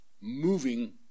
moving